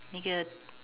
那个